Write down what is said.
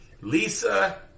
Lisa